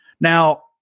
Now